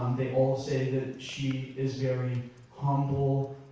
they all say that she is very humble,